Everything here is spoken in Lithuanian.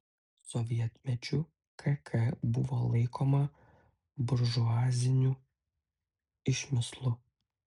sovietmečiu kk buvo laikoma buržuaziniu išmislu